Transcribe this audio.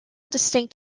distinct